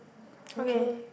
okay